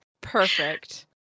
Perfect